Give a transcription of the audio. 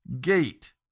gate